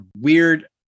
weird